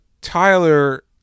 Tyler